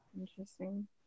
Interesting